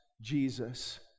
Jesus